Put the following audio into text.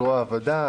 זרוע העבודה,